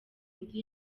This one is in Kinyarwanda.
undi